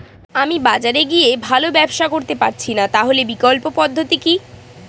আমি বাজারে গিয়ে ভালো ব্যবসা করতে পারছি না তাহলে বিকল্প পদ্ধতি কি?